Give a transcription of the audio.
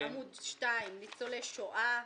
בעמוד 2 יש את העניין של ניצולי שואה,